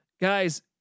guys